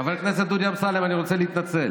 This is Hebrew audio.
חבר הכנסת דודי אמסלם, אני רוצה להתנצל.